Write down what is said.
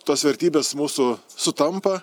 tos vertybės mūsų sutampa